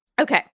Okay